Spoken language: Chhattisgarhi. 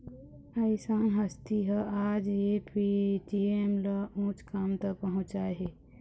अइसन हस्ती ह आज ये पेटीएम ल उँच मुकाम तक पहुचाय हे